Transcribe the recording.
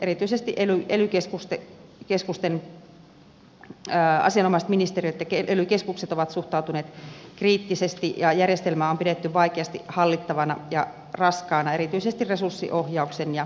erityisesti asianomaiset ministeriöt ja ely keskukset ovat suhtautuneet kriittisesti ja järjestelmää on pidetty vaikeasti hallittavana ja raskaana erityisesti resurssiohjauksen ja substanssitavoitteiden suhdetta